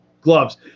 gloves